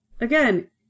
again